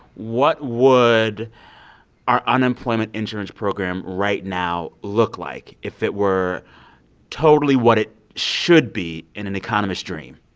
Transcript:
what would our unemployment insurance program right now look like if it were totally what it should be in an economist dream?